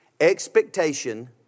expectation